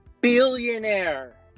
Billionaire